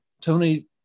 tony